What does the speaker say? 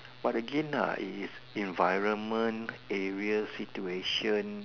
but again lah it is environment area situation